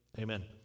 Amen